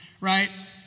Right